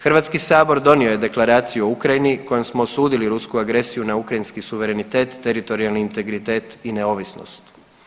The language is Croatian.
HS donio je Deklaraciju o Ukrajini kojom smo osudili rusku agresiju na ukrajinski suverenitet, teritorijalni integritet i neovisnost.